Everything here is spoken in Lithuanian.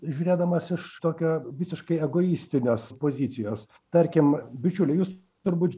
žiūrėdamas iš tokio visiškai egoistinės pozicijos tarkim bičiuliai jūs turbūt